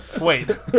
wait